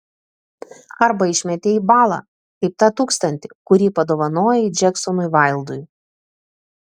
arba išmetei į balą kaip tą tūkstantį kurį padovanojai džeksonui vaildui